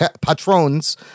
patrons